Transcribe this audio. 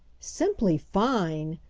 simply fine!